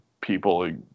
people